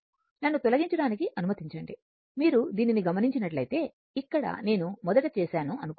నన్ను తొలగించడానికి అనుమతించండి మీరు దీనిని గమనించినట్లైతే ఇక్కడ నేను మొదట చేశాను అనుకుందాం